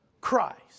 Christ